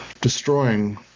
destroying